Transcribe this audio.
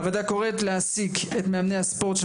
הוועדה קוראת להעסיק את מאמני הספורט של